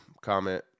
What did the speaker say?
comment